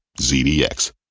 ZDX